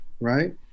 right